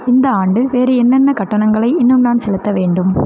இந்த ஆண்டு வேறு என்னென்ன கட்டணங்களை இன்னும் நான் செலுத்த வேண்டும்